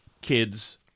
Kids